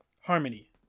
Harmony